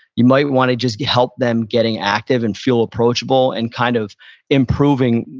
you might want to just help them getting active and feel approachable and kind of improving,